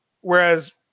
Whereas